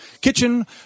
kitchen